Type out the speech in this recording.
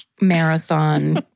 marathon